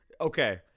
okay